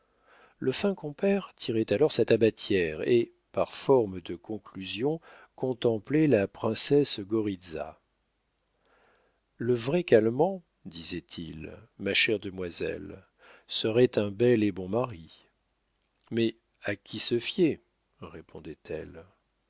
le fin compère tirait alors sa tabatière et par forme de conclusion contemplait la princesse goritza le vrai calmant disait-il ma chère demoiselle serait un bel et bon mari mais à qui se fier répondait-elle